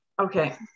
okay